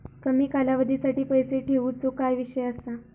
कमी कालावधीसाठी पैसे ठेऊचो काय विषय असा?